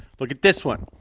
look at this one.